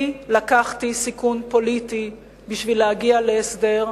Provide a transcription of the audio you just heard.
אני לקחתי סיכון פוליטי בשביל להגיע להסדר,